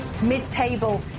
mid-table